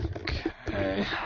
Okay